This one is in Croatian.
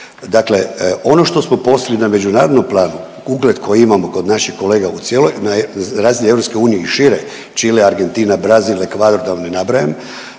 Dakle, ono što smo postigli na međunarodnom planu ugled koji imamo kod naših kolega u cijeloj, na razini EU i šire Čile, Argentina, Brazil, Ekvador, da vam ne nabrajam